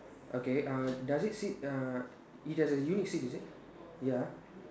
okay uh does it sit uh it has a unique seat is it ya